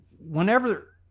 whenever